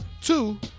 Two